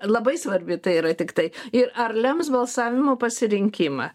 labai svarbi tai yra tiktai ir ar lems balsavimo pasirinkimą